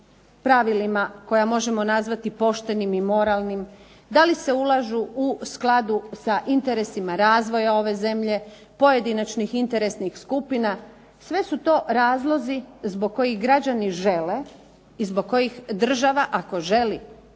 pravilima koja možemo nazvati poštenim i moralnim, da li se ulažu u skladu sa interesima razvoja ove zemlje, pojedinačnih interesnih skupina, sve su to razlozi zbog kojih građani žele i zbog kojih država ako želi